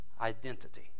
identity